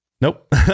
nope